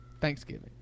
Thanksgiving